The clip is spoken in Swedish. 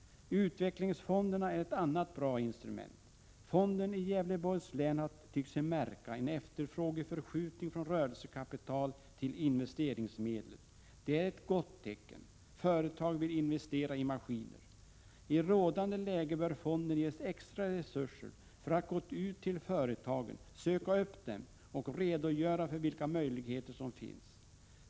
Utvecklingsfonderna är ett annat bra instrument. Fonden i Gävleborgs län har tyckt sig märka en efterfrågeförskjutning från rörelsekapital till investeringsmedel. Det är ett gott tecken. Företag vill investera i maskiner. I rådande läge bör fonden ges extra resurser för att gå ut till företagen — söka upp dem — och redogöra för vilka möjligheter som finns.